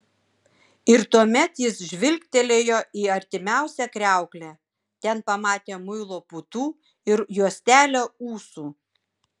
ir tuomet jis žvilgtelėjo į artimiausią kriauklę ten pamatė muilo putų ir juostelę ūsų